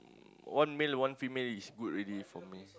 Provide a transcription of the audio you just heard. one male one female is good already for me